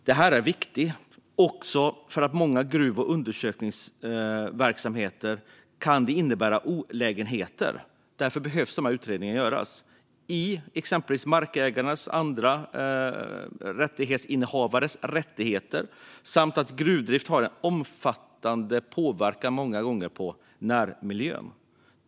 Detta är viktigt också därför att många gruv och undersökningsverksamheter kan innebära olägenheter. Därför behöver de här utredningarna göras. Det gäller exempelvis markägares och andra rättighetsinnehavares rättigheter. Gruvdrift har många gånger en omfattande påverkan på närmiljön.